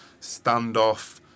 standoff